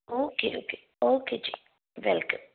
okay okay okay ਜੀ welcome ਜੀ